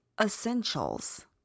essentials